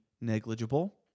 negligible